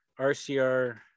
RCR